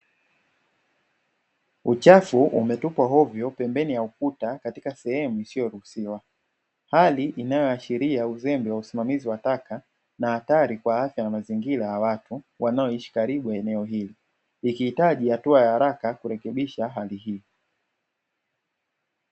Mifuko imetupwa hovyo pembeni ya ukuta katika sehemu isiyoruhusiwa hali inayoashiria uzembe wa usimamizi wa taka na hatari kwa afya ya mazingira ya watu wanaojitahidi eneo hili ikihitaji hatua ya haraka kurekebisha hali hii.